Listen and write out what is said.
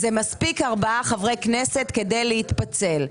מספיקים ארבעה חברי כנסת כדי להתפצל.